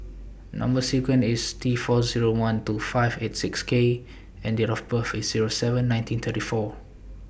Number sequence IS T four Zero one two five eight six K and Date of birth IS Zero seven May nineteen thirty four